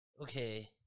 okay